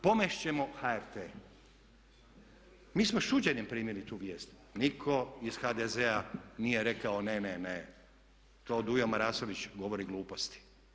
Pomest ćemo HRT, mi smo s čuđenjem primili tu vijest, nitko iz HDZ-a nije rekao ne, ne, ne, to Dujo Marasović govori gluposti.